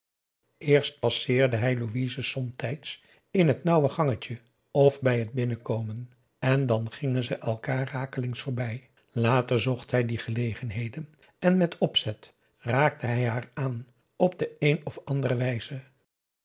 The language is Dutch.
eerst passeerde hij louise somtijds in t nauwe gangetje of bij het binnenkomen en dan gingen ze elkaar rakelings voorbij later zocht hij die gelegenheden en met opzet raakte hij haar aan op de een of andere wijze